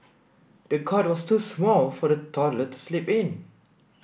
the cot was too small for the toddler to sleep in